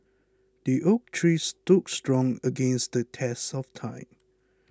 the oak tree stood strong against the test of time